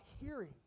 hearing